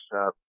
up